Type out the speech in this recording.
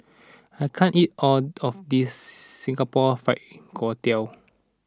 I can't eat all of this Singapore Fried Kway Tiao